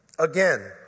Again